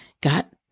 got